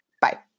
Bye